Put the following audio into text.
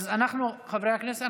אז חברי הכנסת,